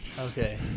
Okay